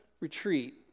retreat